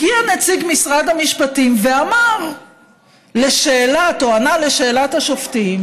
הגיע נציג משרד המשפטים, ענה לשאלת השופטים